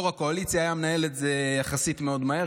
יו"ר הקואליציה היה מנהל את זה יחסית מאוד מהר,